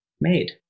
made